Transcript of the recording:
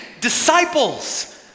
disciples